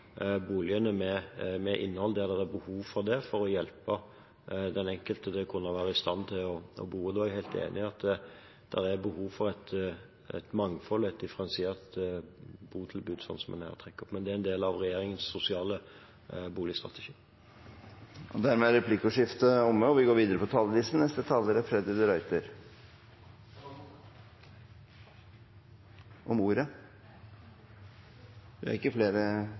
boligene med innhold, der det er behov for det, for å hjelpe den enkelte til å kunne være i stand til å bo. Jeg er helt enig i at det er behov for et mangfold og et differensiert botilbud, som en her trekker opp, men det er en del av regjeringens sosiale boligstrategi. Replikkordskiftet er omme. Arbeiderpartiet mener at ruspasienter er like viktige som hjertepasienter. Regjeringas opptrappingsplan for rusfeltet er for dårlig på